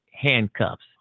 handcuffs